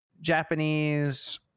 Japanese